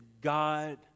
God